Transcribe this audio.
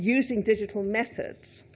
using digital methods,